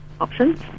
options